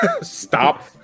stop